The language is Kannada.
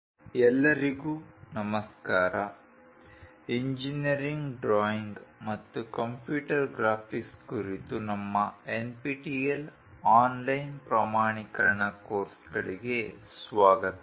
ಉಪನ್ಯಾಸ 03 ಇಂಜಿನೀರಿಂಗ್ ರೇಖಾಚಿತ್ರದ ಪರಿಚಯ III ಎಲ್ಲರಿಗೂ ನಮಸ್ಕಾರ ಇಂಜಿನೀರಿಂಗ್ ಡ್ರಾಯಿಂಗ್ ಮತ್ತು ಕಂಪ್ಯೂಟರ್ ಗ್ರಾಫಿಕ್ಸ್ ಕುರಿತು ನಮ್ಮ NPTEL ಆನ್ಲೈನ್ ಪ್ರಮಾಣೀಕರಣ ಕೋರ್ಸ್ಗಳಿಗೆ ಸ್ವಾಗತ